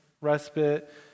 respite